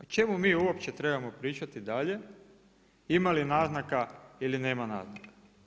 O čemu mi uopće trebamo pričati dalje, imali naznaka ili nema naznaka.